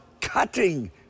cutting